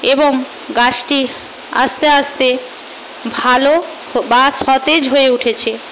এবং গাছটি আস্তে আস্তে ভালো বা সতেজ হয়ে উঠেছে